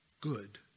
good